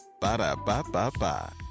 Ba-da-ba-ba-ba